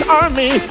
army